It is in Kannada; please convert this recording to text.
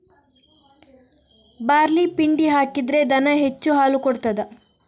ಬಾರ್ಲಿ ಪಿಂಡಿ ಹಾಕಿದ್ರೆ ದನ ಹೆಚ್ಚು ಹಾಲು ಕೊಡ್ತಾದ?